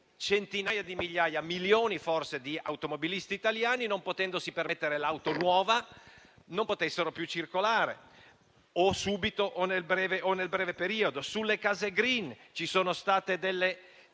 centinaia di migliaia, milioni forse di automobilisti italiani, non potendosi permettere l'auto nuova, non potessero più circolare subito o nel breve periodo. Pensiamo ancora alle case *green*; ci sono state delle